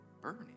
Bernie